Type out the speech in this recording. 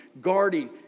guarding